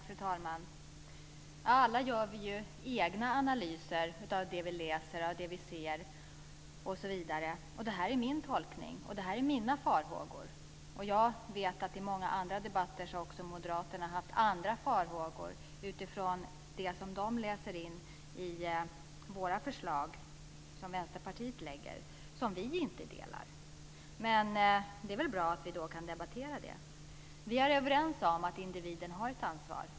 Fru talman! Alla gör vi ju egna analyser av det vi läser, av det vi ser osv., och det här är min tolkning och mina farhågor. Jag vet att i många andra debatter har också Moderaterna haft andra farhågor utifrån det som de läser in i de förslag som Vänsterpartiet lägger fram, och det är farhågor som vi inte delar. Men det är väl bra att vi kan debattera det. Vi är överens om att individen har ett ansvar.